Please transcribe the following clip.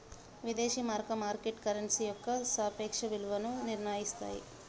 విదేశీ మారక market currency యొక్క సాపేక్ష విలువను నిర్ణయిస్తన్నాది